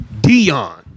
Dion